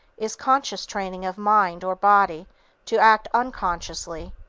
is conscious training of mind or body to act unconsciously.